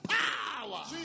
power